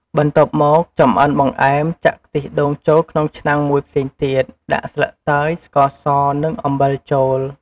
បន្ទាប់មក ចម្អិនបង្អែម ចាក់ខ្ទិះដូងចូលក្នុងឆ្នាំងមួយផ្សេងទៀត ដាក់ស្លឹកតើយ ស្ករស និងអំបិលចូល។